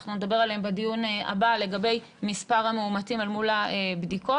אנחנו נדבר עליהן בדיון הבא לגבי מספר המאומתים אל מול הבדיקות,